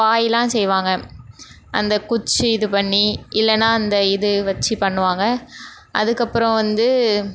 பாயெலாம் செய்வாங்க அந்த குச்சி இது பண்ணி இல்லைன்னா அந்த இது வச்சு பண்ணுவாங்க அதுக்கப்புறம் வந்து